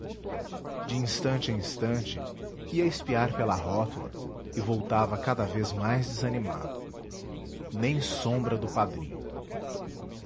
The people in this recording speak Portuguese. de instante a instante ia espiar pela rótula e voltava cada vez mais desanimado nem sombra do padrinho